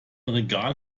regal